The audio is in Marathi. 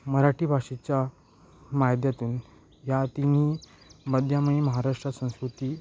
मराठी भाषेच्या मायद्यातीन या तिन्ही माध्यमे महाराष्ट्रात संस्कृती